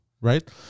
right